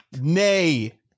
nay